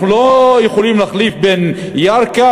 אנחנו לא יכולים להחליף בין ירכא,